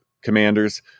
commanders